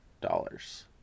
dollars